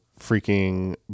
freaking